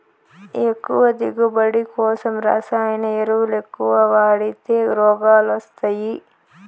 ఎక్కువ దిగువబడి కోసం రసాయన ఎరువులెక్కవ వాడితే రోగాలు వస్తయ్యి